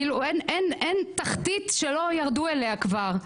אין תחתית שלא ירדו אליה כבר.